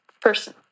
person